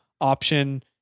option